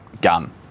gun